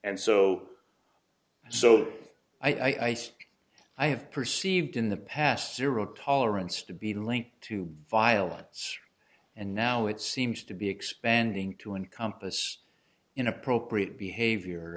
and so so i say i have perceived in the past zero tolerance to be linked to violence and now it seems to be expanding to encompass inappropriate behavior